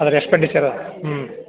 ಅದರ ಎಕ್ಸ್ಪೆಂಡಿಚರ್ ಹ್ಞೂ